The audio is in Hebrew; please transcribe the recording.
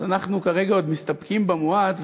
אז אנחנו כרגע עוד מסתפקים במועט,